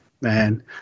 Man